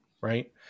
Right